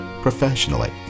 professionally